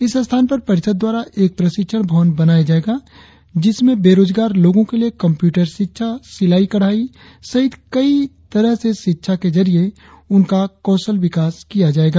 इस स्थान पर परिषद द्वारा एक प्रशिक्षण भवन बनाया जायेगा जिसमें बेरोजगार लोगों के लिए कम्प्यूटर शिक्षा सिलाई कढ़ाई सहित कई तरह से शिक्षा के जरिए उनका कौशल विकास किया जायेगा